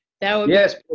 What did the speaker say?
yes